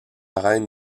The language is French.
reine